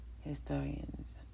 Historians